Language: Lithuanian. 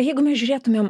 jeigu mes žiūrėtumėm